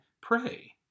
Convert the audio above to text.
pray